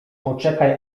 poczekaj